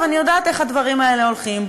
אני יודעת איך הדברים האלה הולכים,